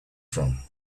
from